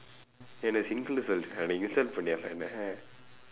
என்னே:ennee singlenu சொல்லுரியா நீ :solluriyaa nii research பண்ணியா அப்ப என்னே:panniyaa appa ennee